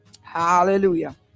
Hallelujah